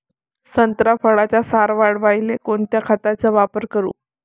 संत्रा फळाचा सार वाढवायले कोन्या खताचा वापर करू?